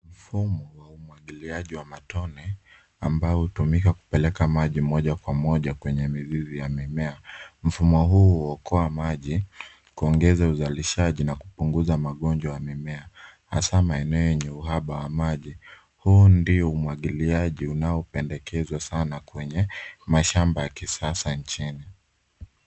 Mfumo wa umwagiliaji wa matone ambao hutumika kupeleka maji moja kwa moja hadi kwenye mizizi ya mimea. Mfumo huu huokoa maji, kuongeza uzalishaji na kupunguza magonjwa ya mimea, hasaa maeneo yenye uhaba wa maji .Huu ndio umwagiliaji unaopendekezwa sana kwenye mashamba ya kisasa nchini.